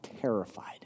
terrified